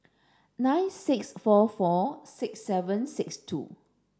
nine six four four six seven six two